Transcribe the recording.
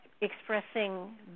expressing